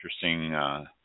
interesting